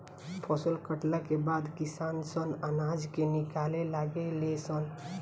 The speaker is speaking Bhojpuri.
फसल कटला के बाद किसान सन अनाज के निकाले लागे ले सन